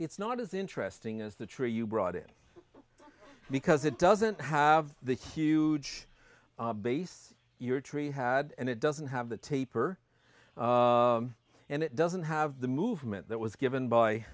it's not as interesting as the tree you brought in because it doesn't have the huge base your tree had and it doesn't have the taper and it doesn't have the movement that was given by